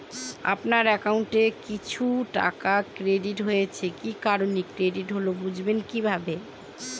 আপনার অ্যাকাউন্ট এ কিছু টাকা ক্রেডিট হয়েছে কি কারণে ক্রেডিট হল বুঝবেন কিভাবে?